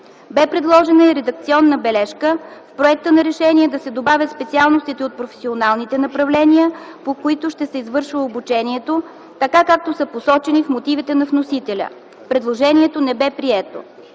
Бе предложена и редакционна бележка в проекта на решение да се добавят специалностите от професионалните направления, по които ще се извършва обучението, така както са посочени в мотивите на вносителя. Предложението не бе прието.